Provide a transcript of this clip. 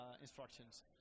instructions